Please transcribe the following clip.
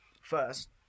first